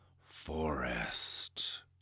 Forest